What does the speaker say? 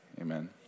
Amen